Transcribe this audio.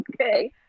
okay